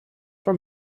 for